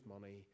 money